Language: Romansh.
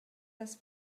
las